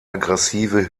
aggressive